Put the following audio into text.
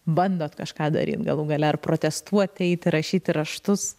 bandot kažką daryt galų gale ar protestuot eit rašyti raštus